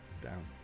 down